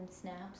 snaps